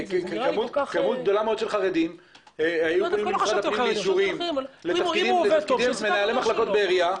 כמות גדולה מאוד של חרדים- -- לתפקידי מנהלי מחלקות בעירייה.